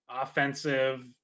offensive